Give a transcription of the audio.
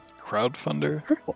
Crowdfunder